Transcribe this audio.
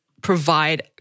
provide